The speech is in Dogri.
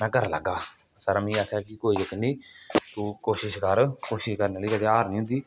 में करी लैगा सर मिगी आक्खा दा कोई चक्कर नेईं तू कोशिश कर कोशिश करने आहले दी कदें हार नेई होंदी